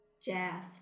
jazz